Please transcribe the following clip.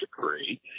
degree